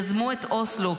יזמו את אוסלו,